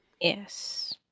Yes